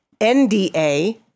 NDA